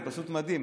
זה פשוט מדהים.